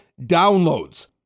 downloads